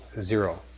zero